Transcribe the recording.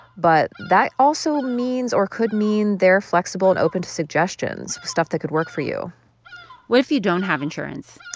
but that also means, or could mean, they're flexible and open to suggestions stuff that could work for you what if you don't have insurance?